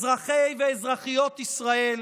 אזרחי ואזרחיות ישראל,